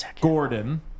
Gordon